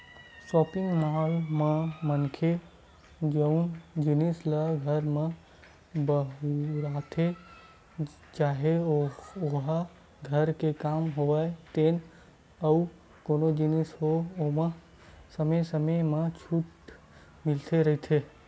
shopping mall म मनखे जउन जिनिस ल घर म बउरथे चाहे ओहा घर के काम होय ते अउ कोनो जिनिस होय ओमा समे समे म छूट मिलते रहिथे